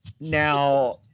Now